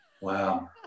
Wow